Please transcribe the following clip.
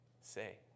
say